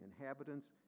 inhabitants